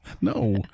No